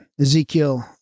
Ezekiel